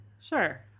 Sure